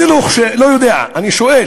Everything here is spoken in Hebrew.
אני לא יודע, אני שואל,